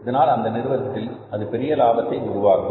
இதனால் அந்த நிறுவனத்தில் அது பெரிய லாபத்தை உருவாக்கும்